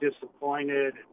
disappointed